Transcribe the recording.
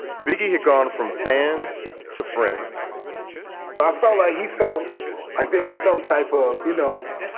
biggie had gone from fans to friends i felt like he felt like there was some type of, you know,